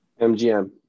MGM